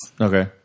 Okay